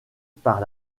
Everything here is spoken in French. par